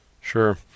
Sure